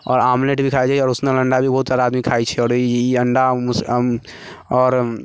आओर आमलेट भी खाइ छै आओर उसनल अण्डा भी बहुत सारा आदमी खाइ छै आओर ई अण्डा मुस आओर